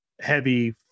heavy